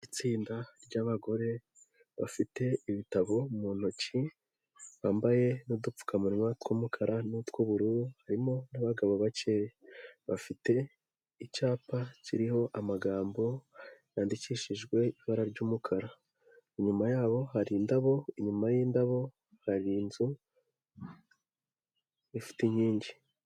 Itsinda ry'abagore bafite ibitabo mu ntoki, bambaye n'udupfukamunwa tw'umukara n'utw'ubururu, harimo n'abagabo bakeya, bafite icyapa kiriho amagambo yandikishijwe ibara ry'umukara, inyuma yabo hari indabo, inyuma y'indabo hari inzu, ifite inkingi.